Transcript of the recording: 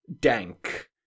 dank